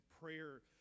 prayer